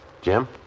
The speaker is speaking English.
Jim